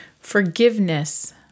Forgiveness